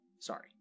Sorry